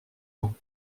ans